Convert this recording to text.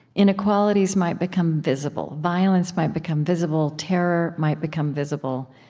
inequalities might become visible. violence might become visible. terror might become visible.